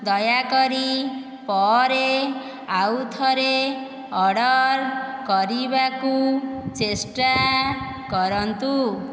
ଦୟାକରି ପରେ ଆଉଥରେ ଅର୍ଡ଼ର୍ କରିବାକୁ ଚେଷ୍ଟା କରନ୍ତୁ